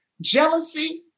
jealousy